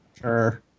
Sure